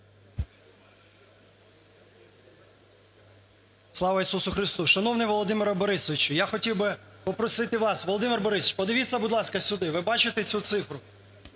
Слава Ісусу Христу! Шановний Володимире Борисовичу, я хотів би попросити вас… Володимире Борисовичу, подивіться, будь ласка, сюди. Ви бачите цю цифру?